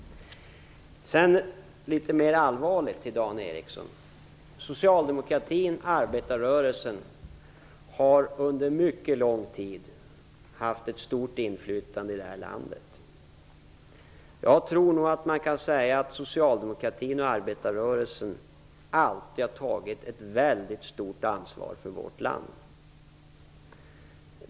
Sedan vill jag säga något litet mera allvarligt. Socialdemokratin och arbetarrörelsen har under mycket lång tid haft ett stort inflytande i det här landet. Jag tror nog att man kan säga att socialdemokratin och arbetarrörelsen alltid har tagit ett väldigt stort ansvar för vårt land.